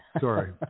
Sorry